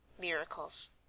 Miracles